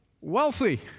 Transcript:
wealthy